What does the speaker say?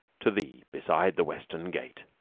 to thee, beside the western gate.